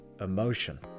emotion